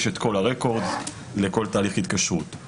יש את כל הרקורד לכל תהליך התקשרות.